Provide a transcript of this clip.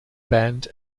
band